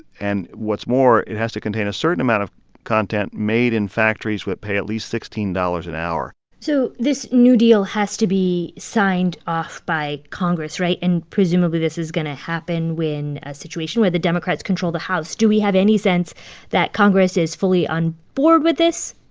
and what's more, it has to contain a certain amount of content made in factories that pay at least sixteen dollars an hour so this new deal has to be signed off by congress, right? and presumably, this is going to happen when a situation where the democrats control the house. do we have any sense that congress is fully on board with this?